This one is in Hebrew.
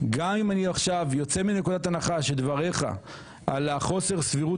גם אם אני עכשיו יוצא מנקודת הנחה שדבריך על חוסר סבירות